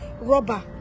rubber